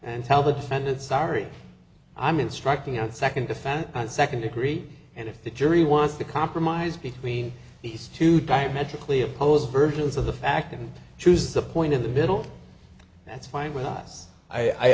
and tell the defendant sorry i'm instructing on the second defendant and second degree and if the jury wants to compromise between these two diametrically opposed versions of the fact and choose the point of the middle that's fine with